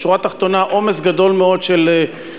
בשורה התחתונה: עומס גדול מאוד של משגיחי